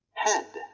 head